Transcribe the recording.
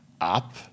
up